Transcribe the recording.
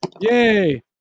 Yay